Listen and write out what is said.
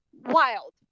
wild